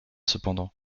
cependant